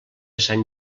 sant